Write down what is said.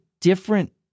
different